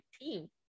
team